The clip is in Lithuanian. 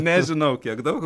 nežinau kiek daug